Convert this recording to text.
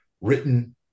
written